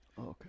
Okay